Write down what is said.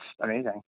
amazing